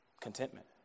Contentment